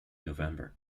november